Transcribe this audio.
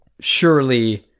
surely